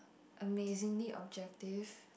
amazingly objective